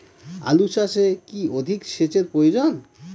আলু চাষে কি অধিক সেচের প্রয়োজন?